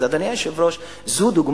אז, אדוני היושב-ראש, זאת דוגמה